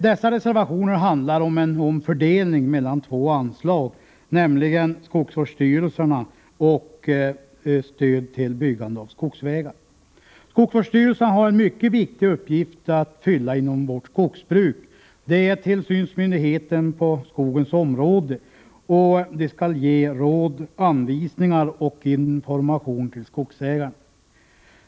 Dessa reservationer handlar om en omfördelning mellan två anslag, nämligen anslagen Skogsvårdsstyrelserna: Myndighetsuppgifter och Stöd till byggande av skogsvägar. Skogsvårdsstyrelserna har en mycket viktig uppgift att fylla inom vårt skogsbruk. De är tillsynsmyndigheter på skogens område, och de skall ge råd, anvisningar och information till skogsägarna.